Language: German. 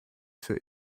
für